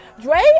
Dre